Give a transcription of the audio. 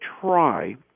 try